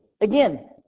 Again